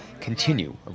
continue